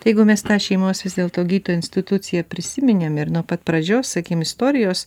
tai jeigu mes tą šeimos vis dėlto gydytojo instituciją prisiminėm ir nuo pat pradžių sakykim istorijos